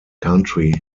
country